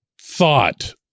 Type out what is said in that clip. thought